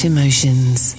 Emotions